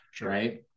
right